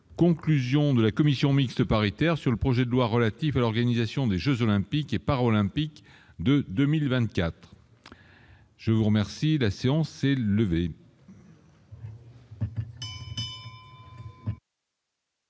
conclusion de la commission mixte paritaire sur le projet de loi relatif à l'organisation des Jeux olympiques et par olympique de 2024 je vous remercie, la séance est levée.